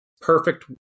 Perfect